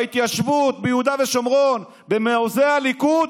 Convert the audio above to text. בהתיישבות, ביהודה ושומרון, במעוזי הליכוד,